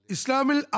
Islamil